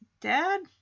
Dad